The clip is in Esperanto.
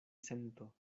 sento